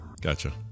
Gotcha